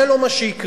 זה לא מה שיקרה.